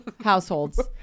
households